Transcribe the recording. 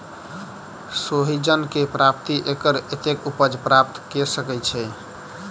सोहिजन केँ प्रति एकड़ कतेक उपज प्राप्त कऽ सकै छी?